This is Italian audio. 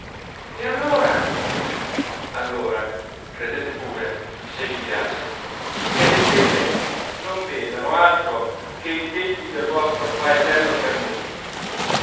e allora allora credete pure se vi piace che le stelle non vedano altro che i tetti del vostro paesello tra i monti